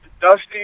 Dusty